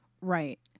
Right